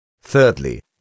Thirdly